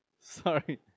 sorry